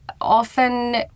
often